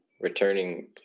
Returning